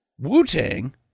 Wu-Tang